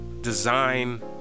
design